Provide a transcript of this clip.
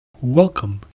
Welcome